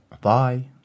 Bye